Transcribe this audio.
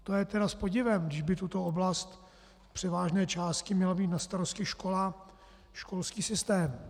To je tedy s podivem, když by tuto oblast z převážné části měla mít na starosti škola, školský systém.